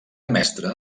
mestra